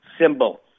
symbol